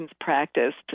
practiced